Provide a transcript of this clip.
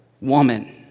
woman